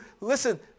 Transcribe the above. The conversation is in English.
listen